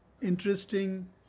interesting